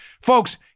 folks